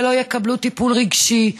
ולא יקבלו טיפול רגשי?